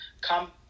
come